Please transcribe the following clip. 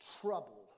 trouble